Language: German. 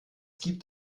gibt